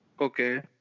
Okay